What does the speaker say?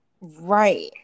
Right